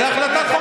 זו הצעת חוק